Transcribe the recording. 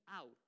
out